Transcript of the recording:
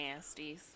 nasties